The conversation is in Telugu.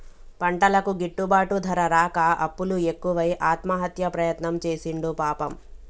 పంటలకు గిట్టుబాటు ధర రాక అప్పులు ఎక్కువై ఆత్మహత్య ప్రయత్నం చేసిండు పాపం